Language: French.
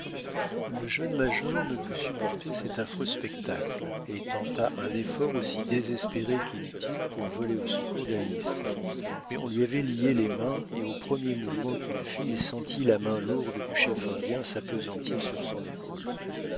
le jeune major ne put supporter cet affreux spectacle et tenta un effort aussi désespéré qu'inutile pour voler au secours d'alice mais on lui avait lié les mains et au premier mouvement qu'il fit il sentit la main lourde du chef indien s'appesantir sur son épaule